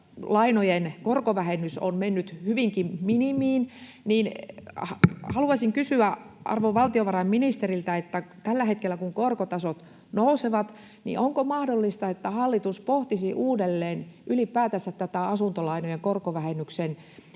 asuntolainojen korkovähennys on mennyt hyvinkin minimiin, niin haluaisin kysyä arvon valtiovarainministeriltä, että kun tällä hetkellä korkotasot nousevat, niin onko mahdollista, että hallitus pohtisi uudelleen ylipäätänsä tämän asuntolainojen korkovähennyksen